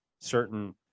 certain